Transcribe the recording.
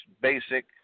basic